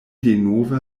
denove